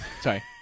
sorry